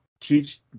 teach